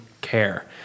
care